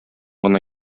гына